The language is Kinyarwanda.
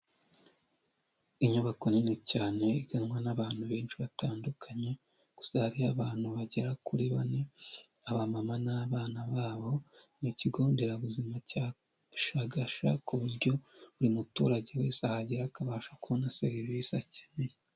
Inyubako nini cyane iganwa n'abantu benshi batandukanye gusa hari abantu bagera kuri bane aba mama n'abana babo n ikigo nderabuzima cya Shagasha ku buryo buri muturage wese ahagera akabasha kubona serivisi akeneye.